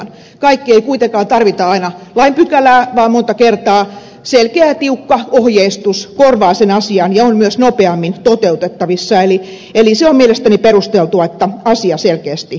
kaikkeen ei kuitenkaan tarvita aina lain pykälää vaan monta kertaa selkeä ja tiukka ohjeistus korvaa sen ja on myös nopeammin toteutettavissa eli on mielestäni perusteltua että asia selkeästi katsotaan